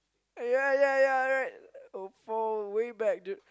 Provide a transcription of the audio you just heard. yea yea yea right oh for way back dude